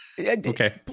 Okay